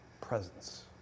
presence